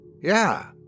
Yeah